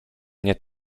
mnie